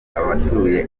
abatuye